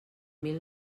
mil